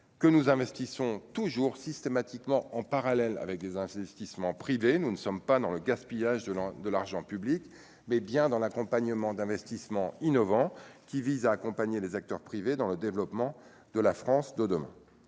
que nous investissons toujours systématiquement en parallèle avec des investissements privés, nous ne sommes pas dans le gaspillage de l'de l'argent public, mais bien dans l'accompagnement d'investissements innovants qui vise à accompagner les acteurs privés dans le développement de la France de demain,